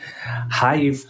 Hi